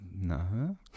No